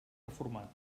reformat